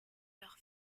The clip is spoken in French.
leur